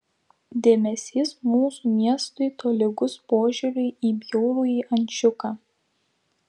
dėmesys mūsų miestui tolygus požiūriui į bjaurųjį ančiuką